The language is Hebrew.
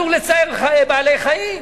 לצער בעלי-חיים.